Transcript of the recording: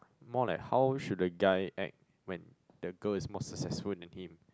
more like how should a guy act when the girl is more successful in the game